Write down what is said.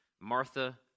Martha